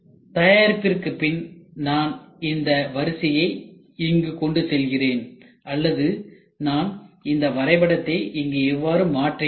தயாரிப்பிற்கு பின் நான் இந்த வரிசையை இங்கு கொண்டு செல்கிறேன் அல்லது நான் இந்த வரைபடத்தை இங்கு இவ்வாறு மாற்றுகிறேன்